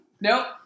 Nope